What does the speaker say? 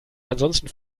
ansonsten